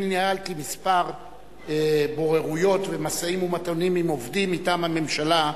אני ניהלתי כמה בוררויות ומשאים-ומתנים עם עובדים מטעם הממשלה,